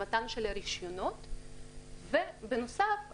למתן הרישיונות ובנוסף,